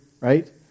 right